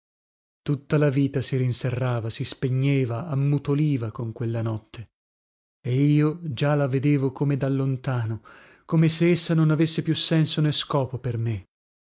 tutta la vita si rinserrava si spegneva ammutoliva con quella notte e io già la vedevo come da lontano come se essa non avesse più senso né scopo per me